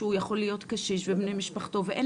שהוא יכול להיות קשיש ובני משפחתו שאין